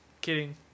Kidding